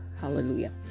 hallelujah